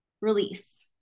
release